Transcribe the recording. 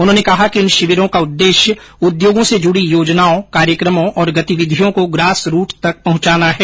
उन्होंने कहा कि इन शिविरों का उद्देश्य उद्योगों से जुड़ी योजनाओं कार्यक्रमों और गतिविधियों को ग्रासरूट तक पहुंचाना है